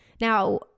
Now